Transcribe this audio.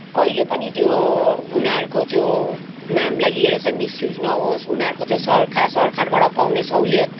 कहिले पनि त्यो उनीहरूको त्यो नामलाई लिएर चाहिँ मिसयुज नहोस् उनीहरूको त्यो सरका सरकारबाट पाउने सहुलियत